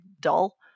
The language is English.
dull